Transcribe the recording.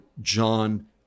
John